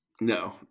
No